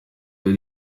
yari